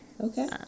Okay